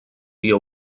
via